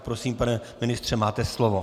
Prosím, pane ministře, máte slovo.